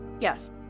Yes